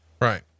Right